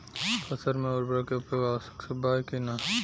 फसल में उर्वरक के उपयोग आवश्यक बा कि न?